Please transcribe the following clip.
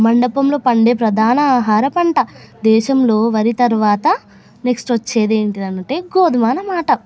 మండలంలో పండే ప్రధాన ఆహార పంట దేశంలో వరి తరువాత నెక్స్ట్ వచ్చేది ఏంటంటే గోధుమ అన్నమాట